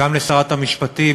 גם לשרת המשפטים,